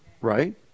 Right